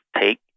take